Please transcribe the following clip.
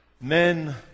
Men